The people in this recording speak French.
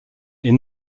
est